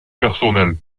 personnelle